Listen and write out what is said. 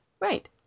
Right